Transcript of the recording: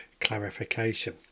clarification